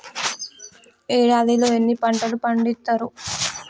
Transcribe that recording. ఏడాదిలో ఎన్ని పంటలు పండిత్తరు?